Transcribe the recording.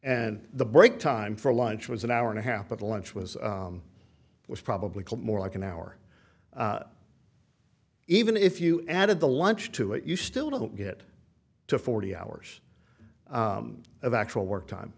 and the break time for lunch was an hour and a half of the lunch was was probably more like an hour even if you added the lunch to it you still don't get to forty hours of actual work